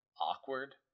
awkward